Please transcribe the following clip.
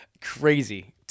crazy